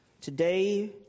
Today